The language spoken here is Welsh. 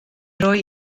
roi